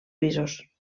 pisos